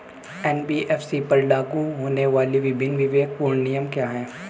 NBFC पर लागू होने वाले विभिन्न विवेकपूर्ण नियम क्या हैं?